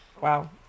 Wow